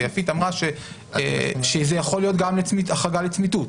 יפית אמרה שזה יכול להיות גם החרגה לצמיתות.